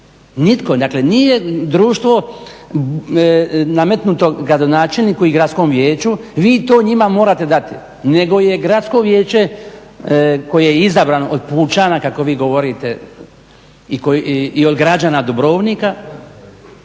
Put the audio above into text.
Nitko. Dakle, nije društvo nametnuto gradonačelniku i Gradskom vijeću vi to njima morate dati, nego je Gradsko vijeće koje je izabrano od pučana kako vi govorite i od građana Dubrovnika